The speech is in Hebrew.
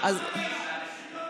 זה אומר לא שוויוני.